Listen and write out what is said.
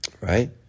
Right